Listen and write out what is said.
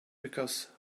because